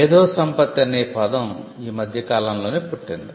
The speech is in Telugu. మేధో సంపత్తి అనే పదం ఈ మధ్య కాలం లోనే పుట్టింది